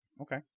Okay